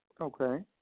Okay